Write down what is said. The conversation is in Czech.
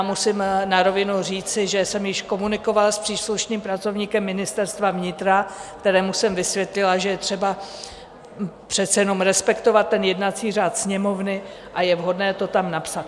Musím na rovinu říci, že jsem již komunikovala s příslušným pracovníkem Ministerstva vnitra, kterému jsem vysvětlila, že je třeba přece jenom respektovat ten jednací řád Sněmovny a je vhodné to tam napsat.